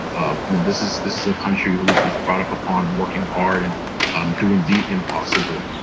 um you know this is this is a country who was who was brought up upon working hard and um doing the impossible.